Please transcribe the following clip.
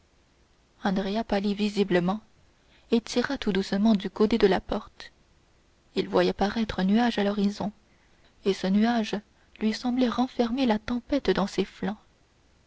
andrea pâlit visiblement et tira tout doucement du côté de la porte il voyait paraître un nuage à l'horizon et ce nuage lui semblait renfermer la tempête dans ses flancs